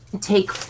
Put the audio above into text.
take